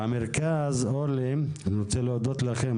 אני גם רוצה להודות לכם,